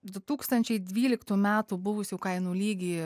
du tūkstančiai dvyliktų metų buvusių kainų lygį